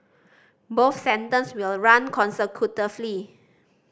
both sentences will run consecutively